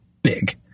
Big